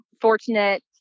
fortunate